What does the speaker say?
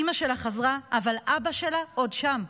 אימא שלה חזרה, אבל אבא שלה עוד שם,